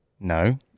no